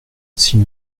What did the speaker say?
s’il